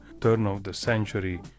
turn-of-the-century